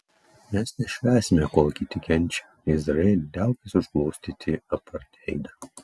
mes nešvęsime kol kiti kenčia izraeli liaukis užglostyti apartheidą